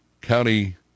County